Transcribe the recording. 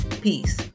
peace